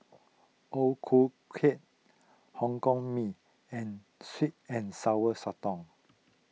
O Ku Kueh Hokkien Mee and Sweet and Sour Sotong